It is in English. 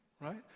Right